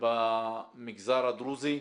במגזר הדרוזי.